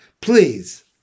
please